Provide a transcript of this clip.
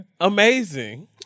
Amazing